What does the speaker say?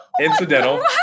incidental